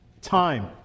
time